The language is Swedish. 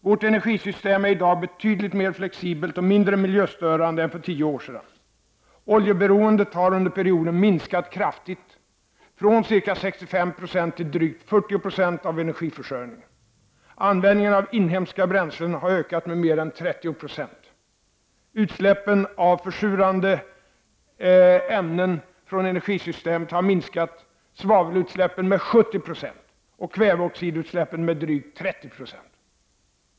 Vårt energisystem är i dag betydligt mer flexibelt och mindre miljöstörande än för tio år sedan. Oljeberoendet har under perioden minskat kraftigt, från ca 65 96 till drygt 40 96 av energiförsörjningen. Användningen av inhemska bränslen har ökat med mer än 30 90. Utsläppen av försurande ämnen från energisystemet har minskat, svavelutsläppen med 70 960 och kväveoxidutsläppen med drygt 30 2.